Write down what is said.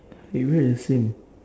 !hey! we are the same